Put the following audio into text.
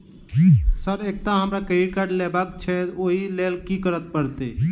Sir एकटा हमरा credit card लेबकै छैय ओई लैल की करऽ परतै?